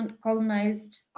colonized